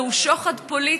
זהו שוחד פוליטי,